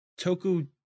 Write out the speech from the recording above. Toku